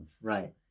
Right